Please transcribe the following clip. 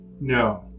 No